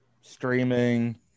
streaming